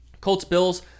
Colts-Bills